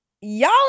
Y'all